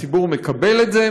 הציבור מקבל את זה.